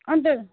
अन्त